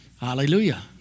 Hallelujah